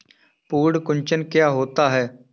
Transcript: पर्ण कुंचन क्या होता है?